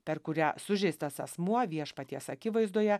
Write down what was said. per kurią sužeistas asmuo viešpaties akivaizdoje